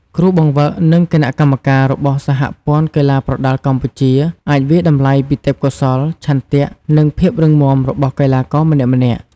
គ្រូបង្វឹក និងគណៈកម្មការរបស់សហព័ន្ធកីឡាប្រដាល់កម្ពុជា អាចវាយតម្លៃពីទេពកោសល្យ ឆន្ទៈ និងភាពរឹងមាំរបស់កីឡាករម្នាក់ៗ។